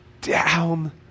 down